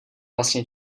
vlastně